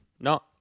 no